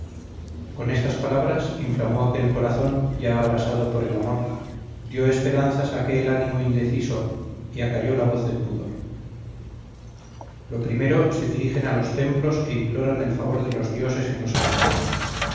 con estas palabras inflamó aquel corazón ya abrasado por el amor dio esperanzas a aquel ánimo indeciso y acalló la voz del pudor lo primero se dirigen a los templos e imploran el favor de los dioses en los altares